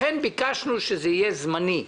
לכן ביקשנו שזה יהיה זמני,